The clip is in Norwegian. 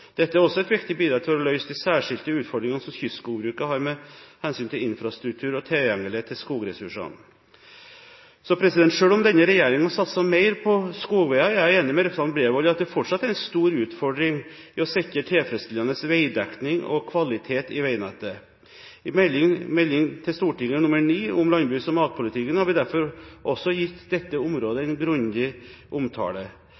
Dette er et viktig bidrag for å løse de særskilte utfordringene som kystskogbruket har med hensyn til infrastruktur og tilgjengelighet til skogressursene. Selv om denne regjeringen har satset mer på skogsveier, er jeg enig med representanten Bredvold i at det fortsatt er en stor utfordring å sikre tilfredsstillende veidekning og kvalitet på veinettet. I Meld. St. 9 for 2011–2012 Landbruks- og matpolitikken har vi derfor også gitt dette området